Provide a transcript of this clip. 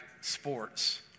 sports